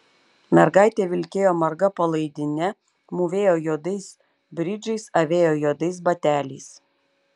mergaitė vilkėjo marga palaidine mūvėjo juodais bridžais avėjo juodais bateliais